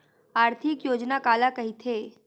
आर्थिक योजना काला कइथे?